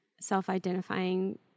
self-identifying